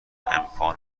امکان